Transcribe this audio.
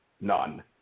none